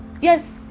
yes